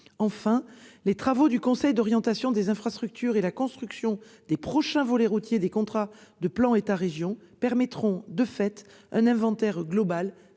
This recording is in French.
chacun. Les travaux du Conseil d'orientation des infrastructures et la construction des prochains volets routiers des contrats de plan État-région permettront de fait un inventaire global